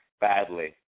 badly